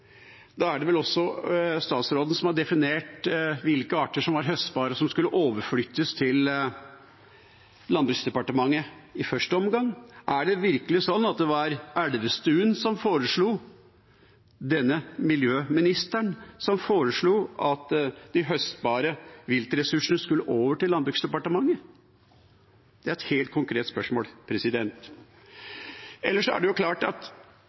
Da er det vel også statsråden som har definert hvilke arter som var høstbare som skulle overflyttes til Landbruks- og matdepartementet i første omgang. Er det virkelig slik at det var statsråd Elvestuen – denne miljøministeren – som foreslo at de høstbare viltressursene skulle over til Landbruks- og matdepartementet? Det er et helt konkret spørsmål. Ellers er det klart at